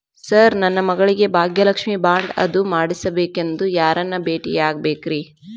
Sir ನನ್ನ ಮಗಳಿಗೆ Bhagyalakshmi bond ಅದು ಮಾಡಿಸಬೇಕೆಂದು ಯಾರನ್ನ ಭೇಟಿಯಾಗಬೇಕ್ರಿ?